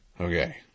Okay